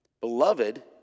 beloved